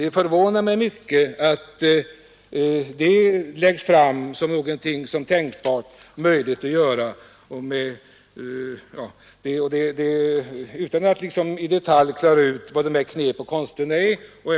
Det förvånar mig mycket att det läggs fram någonting som är tänkbart och möjligt att göra utan att liksom i detalj klara ut vad dessa knep och konster innebär.